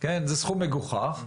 זה סכום מגוחך.